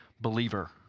believer